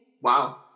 Wow